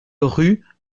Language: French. rue